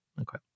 okay